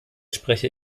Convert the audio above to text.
spreche